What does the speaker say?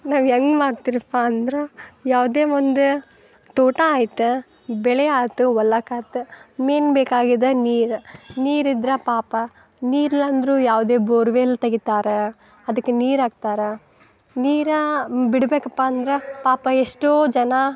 ನಾವು ಹೆಂಗೆ ಮಾಡ್ತೀರಪ್ಪ ಅಂದ್ರೆ ಯಾವುದೇ ಒಂದು ತೋಟ ಆಯಿತಾ ಬೆಳೆ ಆತು ಹೊಲಕ್ಕೆ ಆತು ಮೇನ್ ಬೇಕಾಗಿದ್ದು ನೀರು ನೀರು ಇದ್ರೆ ಪಾಪ ನೀರಿಲ್ಲ ಅಂದರೂ ಯಾವುದೇ ಬೋರ್ವೆಲ್ ತೆಗಿತಾರ ಅದಕ್ಕೆ ನೀರು ಹಾಕ್ತಾರ ನೀರು ಬಿಡಬೇಕಪ್ಪ ಅಂದ್ರೆ ಪಾಪ ಎಷ್ಟೋ ಜನ